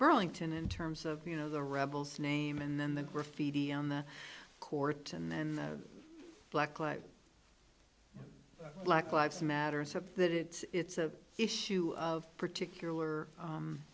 burlington in terms of you know the rebels name and then the graffiti on the court and then black like black lives matters of that it's a issue of particular